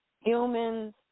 humans